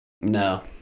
No